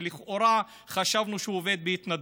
שלכאורה חשבנו שהוא עובד בהתנדבות.